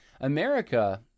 America